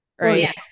right